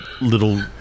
little